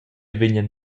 vegnan